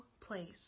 place